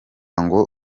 ngo